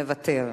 מוותר.